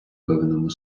певному